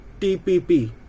tpp